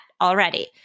already